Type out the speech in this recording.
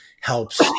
helps